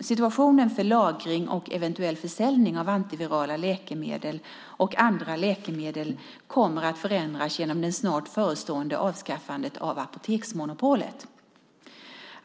situationen för lagring och eventuell försäljning av antivirala läkemedel och andra läkemedel kommer att förändras genom det snart förestående avskaffandet av apoteksmonopolet.